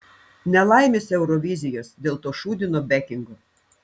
nelaimės eurovizijos dėl to šūdino bekingo